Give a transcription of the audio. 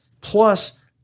plus